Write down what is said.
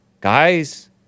Guys